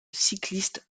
cycliste